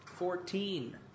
Fourteen